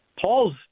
Paul's